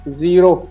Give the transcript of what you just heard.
zero